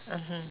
mmhmm